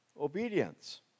Obedience